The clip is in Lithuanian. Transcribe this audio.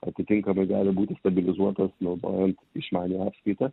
atitinkamai gali būti stabilizuotas naudojant išmaniąją apskaitą